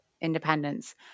Independence